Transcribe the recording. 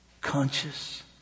conscious